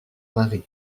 mari